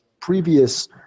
previous